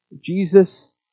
Jesus